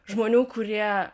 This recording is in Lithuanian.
žmonių kurie